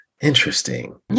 interesting